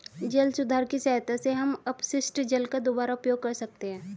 जल सुधार की सहायता से हम अपशिष्ट जल का दुबारा उपयोग कर सकते हैं